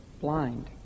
blind